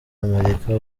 amerika